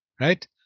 right